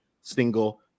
single